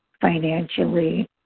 financially